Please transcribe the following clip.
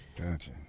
Gotcha